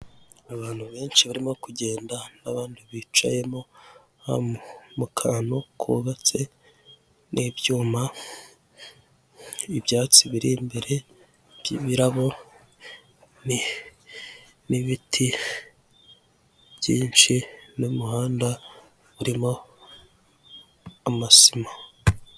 Abantu benshi barimo kugenda n'abandi bicayemo, mu kantu kubatse n'ibyuma, ibyatsi biri imbere by'ibirabo, n'ibiti byinshi, n'umuhanda urimo amasima.